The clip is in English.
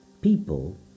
People